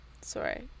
Sorry